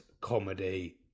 comedy